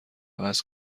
عوض